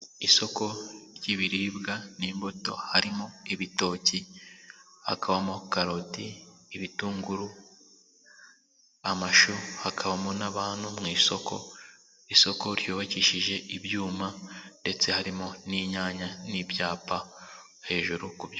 Isoko ry'ibiribwa n'imbuto harimo ibitoki hakabamo karoti, ibitunguru, amashu hakabamo n'abantu mu isoko; isoko ryubakishije ibyuma ndetse harimo n'inyanya n'ibyapa hejuru kubyyma.